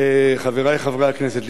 חברי חברי הכנסת,